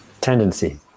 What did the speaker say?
tendency